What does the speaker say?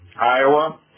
Iowa